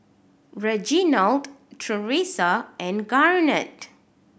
Reginald Tresa and Garnet